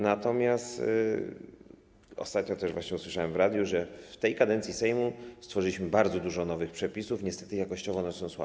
Natomiast ostatnio też właśnie usłyszałem w radiu, że w tej kadencji Sejmu stworzyliśmy bardzo dużo nowych przepisów, niestety jakościowo one są słabe.